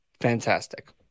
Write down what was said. fantastic